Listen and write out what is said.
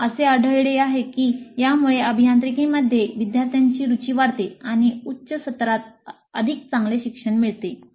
त्यांना असे आढळले आहे की यामुळे अभियांत्रिकीमध्ये विद्यार्थ्यांची रुची वाढते आणि उच्च सत्रात अधिक चांगले शिक्षण मिळते